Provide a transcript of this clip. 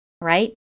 Right